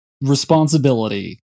responsibility